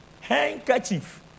Handkerchief